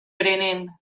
prenen